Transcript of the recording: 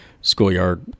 schoolyard